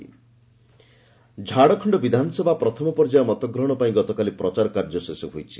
Jharkhand election Jharkhand ବିଧାନସଭା ପ୍ରଥମ ପର୍ଯ୍ୟାୟ ମତଗ୍ରହଣ ପାଇଁ ଗତକାଲି ପ୍ରଚାର କାର୍ଯ୍ୟ ଶେଷ ହୋଇଛି